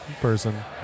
person